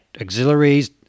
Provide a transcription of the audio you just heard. auxiliaries